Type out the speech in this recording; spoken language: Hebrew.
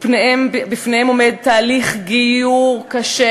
ובפניהם עומד תהליך גיור קשה.